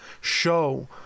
show